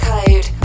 Code